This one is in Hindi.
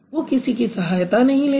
वो किसी की सहायता नहीं लेता